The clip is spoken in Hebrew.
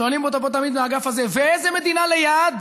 שואלים אותו פה תמיד מהאגף הזה, ואיזו מדינה ליד?